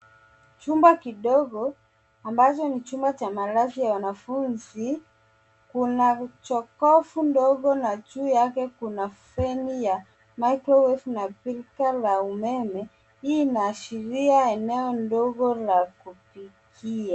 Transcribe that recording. Chumba kidogo ambacho ni chumba cha malazi ya wanafunzi. Kuna jokofu ndogo na juu yake kuna feni ya microwave na birika la umeme. Hii inaashiria eneo ndogo la kupikia.